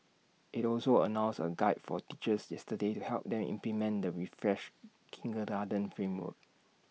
IT also announced A guide for teachers yesterday to help them implement the refreshed kindergarten framework